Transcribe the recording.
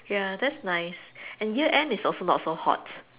ya that's nice and year end is also not so hot